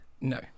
No